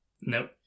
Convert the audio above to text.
no